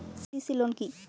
CC loan কি?